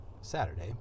Saturday